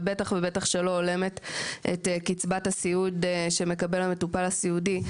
ובטח שלא הולמת את קצבת הסיעוד שמקבל המטופל הסיעודי.